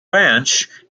ranch